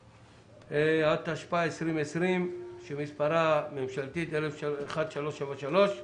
התשפ"א-2020, ממשלתית שמספרה 1373,